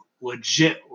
legit